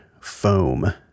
foam